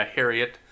Harriet